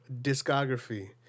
discography